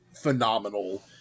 phenomenal